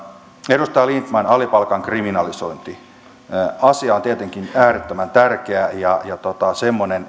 edustaja lindtman alipalkan kriminalisointi asia on tietenkin äärettömän tärkeä ja semmoinen